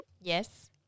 Yes